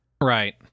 Right